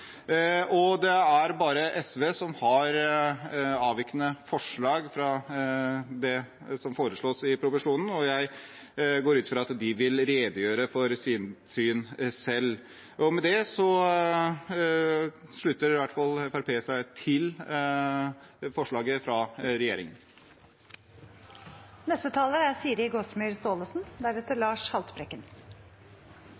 Det er bare SV som har avvikende forslag fra det som foreslås i proposisjonen. Jeg går ut fra at de vil redegjøre for sitt syn selv. – Med det slutter i hvert fall Fremskrittspartiet seg til forslaget fra